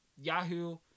Yahoo